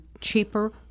cheaper